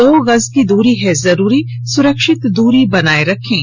दो गज की दूरी है जरूरी सुरक्षित दूरी बनाए रखें